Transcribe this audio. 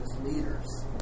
leaders